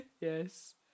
Yes